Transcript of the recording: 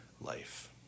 life